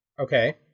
Okay